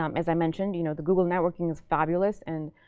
um as i mentioned, you know the google networking is fabulous. and